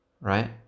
right